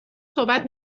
صحبت